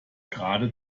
gerade